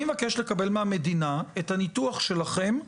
אני מבקש לקבל מהמדינה את הניתוח שלכם,